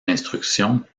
d’instruction